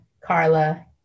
Carla